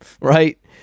Right